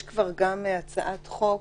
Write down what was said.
יש הצעת חוק